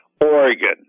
Oregon